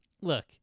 look